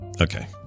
Okay